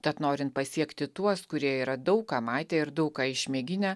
tad norint pasiekti tuos kurie yra daug ką matę ir daug ką išmėginę